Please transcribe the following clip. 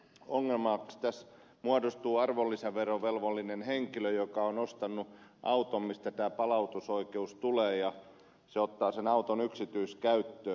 ongelmaksi tässä muodostuu arvonlisäverovelvollinen henkilö joka on ostanut auton mistä tämä palautusoikeus tulee ja hän ottaa sen auton yksityiskäyttöön